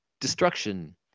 destruction